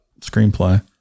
screenplay